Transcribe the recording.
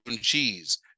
cheese